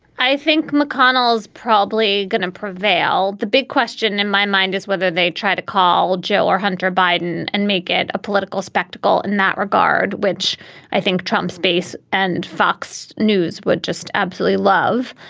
i think mcconnell's probably going to prevail. the big question in my mind is whether they try to call jill or hunter biden and make it a political spectacle in that regard, which i think trump's base and fox news. would just absolutely love.